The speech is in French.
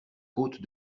côte